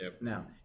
Now